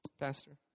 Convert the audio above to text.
Pastor